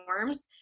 forms